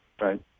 Right